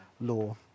law